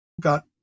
got